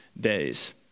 days